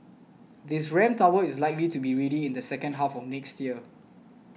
this ramp tower is likely to be ready in the second half next year